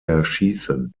erschießen